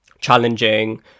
challenging